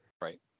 Right